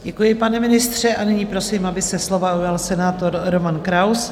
Děkuji, pane ministře, a nyní prosím, aby se slova ujal senátor Roman Kraus.